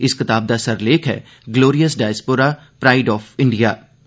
इस कताब दा सरलेख ऐ glorious diaspora pride of India'